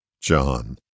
John